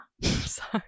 Sorry